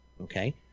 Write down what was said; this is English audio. Okay